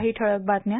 काही ठळक बातम्या